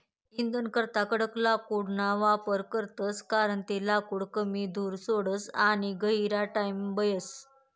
इंधनकरता कडक लाकूडना वापर करतस कारण ते लाकूड कमी धूर सोडस आणि गहिरा टाइमलोग बयस